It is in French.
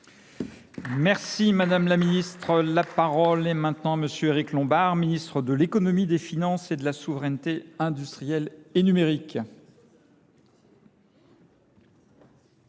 Merci Madame la Ministre. La parole est maintenant à monsieur Eric Lombard, ministre de l'économie, des finances et de la souveraineté industrielle et numérique.